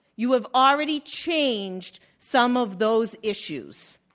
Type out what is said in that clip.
you have already changed some of those issues.